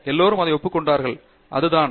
எல்லோரும் அதை ஒப்புக்கொண்டார்களே அது தான்